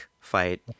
fight